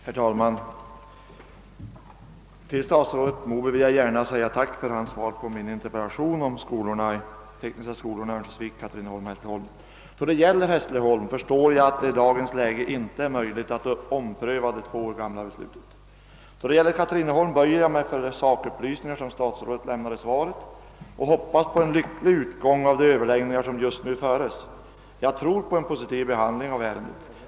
Herr talman! Till statsrådet Moberg vill jag gärna säga tack för svaret på min interpellation angående de tekniska skolorna i Örnsköldsvik, Katrineholm och Hässleholm. Då det gäller Hässleholm förstår jag att det i dagens läge inte är möjligt att ompröva det två år gamla beslutet. Då det gäller Katrineholm böjer jag mig för de sakupplysningar som statsrådet lämnar i svaret och hoppas på en lycklig utgång av de överläggningar som just nu förs; jag tror på en positiv behandling av ärendet.